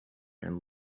and